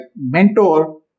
mentor